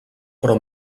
però